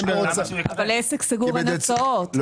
אבל העסק סגור ואין הוצאות.